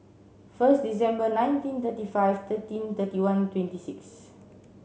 first December nineteen thirty five thirteen thirty one twenty six